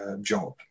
job